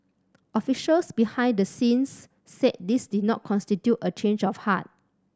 officials behind the scenes said this did not constitute a change of heart